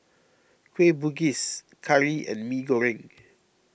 Kueh Bugis Curry and Mee Goreng